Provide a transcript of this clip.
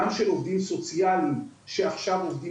גם של עובדים סוציאלים שעכשיו עובדים